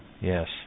Yes